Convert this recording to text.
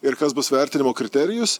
ir kas bus vertinimo kriterijus